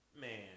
man